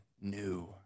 new